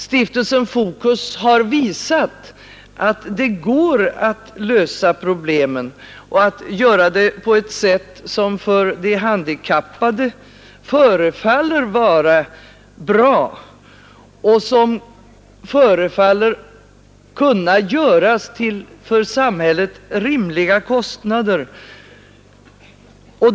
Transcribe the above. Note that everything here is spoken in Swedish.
Stiftelsen Fokus har visat att det går att lösa problemen och att göra det på ett sätt som de handikappade anser vara bra och som förefaller kunna göras till för samhället rimliga kostnader.